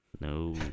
No